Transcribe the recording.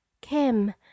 kim